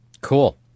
Cool